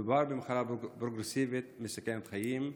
מדובר במחלה פרוגרסיבית מסכנת חיים.